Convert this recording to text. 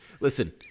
Listen